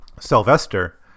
Sylvester